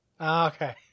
okay